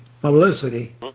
publicity